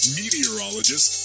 meteorologist